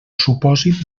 supòsit